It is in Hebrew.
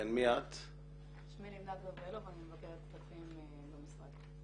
שמי לבנת גבריאלוב ואני מבקרת כספים במשרד.